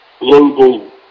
global